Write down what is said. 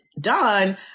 done